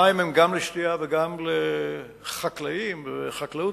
המים הם גם לשתייה וגם לחקלאים ולחקלאות.